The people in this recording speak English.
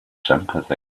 sympathy